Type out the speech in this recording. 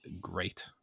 great